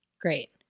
Great